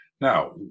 Now